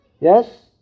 Yes